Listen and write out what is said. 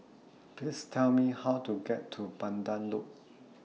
Please Tell Me How to get to Pandan Loop